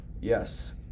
Yes